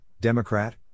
Democrat